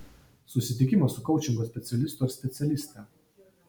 susitikimas su koučingo specialistu ar specialiste